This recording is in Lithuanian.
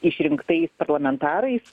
išrinktais parlamentarais